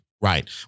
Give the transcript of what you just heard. Right